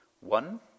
One